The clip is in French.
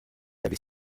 avait